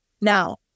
Now